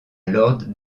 lord